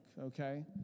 okay